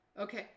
Okay